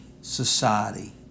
society